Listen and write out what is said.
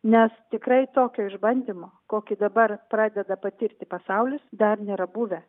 nes tikrai tokio išbandymo kokį dabar pradeda patirti pasaulis dar nėra buvę